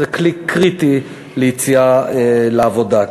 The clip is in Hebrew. שזה כלי קריטי ליציאה לעבודה.